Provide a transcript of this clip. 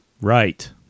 Right